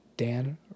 Dan